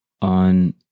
on